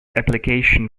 application